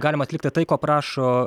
galima atlikti tai ko prašo